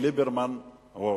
כי